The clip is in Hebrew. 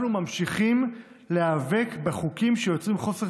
אנחנו ממשיכים להיאבק בחוקים שיוצרים חוסר